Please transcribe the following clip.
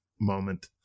moment